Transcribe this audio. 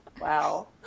Wow